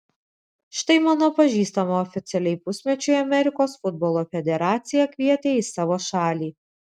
štai mano pažįstamą oficialiai pusmečiui amerikos futbolo federacija kvietė į savo šalį